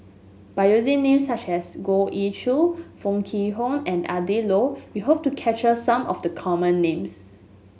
by using names such as Goh Ee Choo Foo Kwee Horng and Adrin Loi we hope to capture some of the common names